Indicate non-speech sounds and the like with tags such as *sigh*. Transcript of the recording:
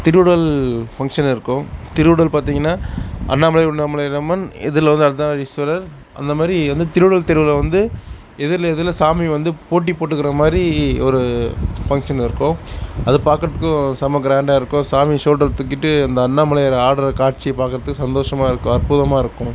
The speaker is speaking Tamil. திருஉடல் ஃபங்க்ஷனிருக்கும் திருஉடல் பார்த்திங்கன்னா அண்ணாமலையார் உண்ணாமலை அம்மன் *unintelligible* அர்த்தநாதீஸ்வரர் அந்தமாரி திருஉடல் திருவிழா வந்து எதிரில் எதிரில் சாமி வந்து போட்டி போட்டுக்கிறமாரி ஒரு ஃபங்ஷன் இருக்கும் அதை பார்க்குறதுக்கும் செமை கிராண்டாகருக்கும் சாமி ஷோல்டரில் தூக்கிகிட்டு அந்த அண்ணாமலையார் ஆடுகிற காட்சியை பார்க்குறதுக்கு சந்தோஷமாகருக்கும் அற்புதமாகருக்கும்